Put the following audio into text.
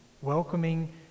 welcoming